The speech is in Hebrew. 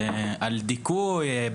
ועל דיכוי.